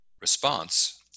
response